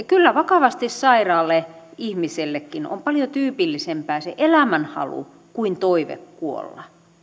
kyllä vakavasti sairaalle ihmisellekin on paljon tyypillisempää se elämänhalu kuin toive kuolla